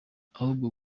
ahubwo